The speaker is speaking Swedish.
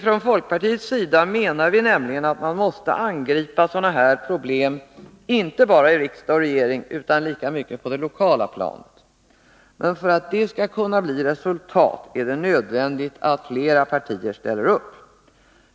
Från folkpartiets sida menar vi nämligen att man måste angripa sådana här problem inte bara i riksdag och regering utan lika mycket på det lokala planet. Men för att det skall kunna bli resultat är det nödvändigt att fler partier ställer upp.